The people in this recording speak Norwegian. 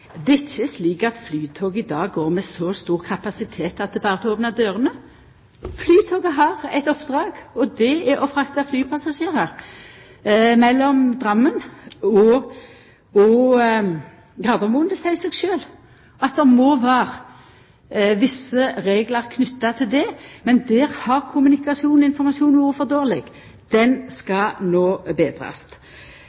er ikkje slik at Flytoget i dag går med så stor kapasitet at det berre er å opna dørene. Flytoget har eitt oppdrag, og det er å frakta flypassasjerar mellom Drammen og Gardermoen. Det seier seg sjølv at det må vera visse reglar knytte til det, men der har kommunikasjonen og informasjonen vore for dårleg.